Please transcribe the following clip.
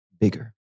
bigger